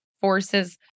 Forces